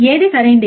ఏది సరైంది